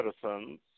citizens